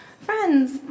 Friends